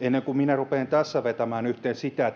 ennen kuin minä rupean tässä vetämään yhteen sitä